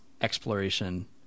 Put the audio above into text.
exploration